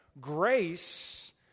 Grace